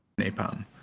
napalm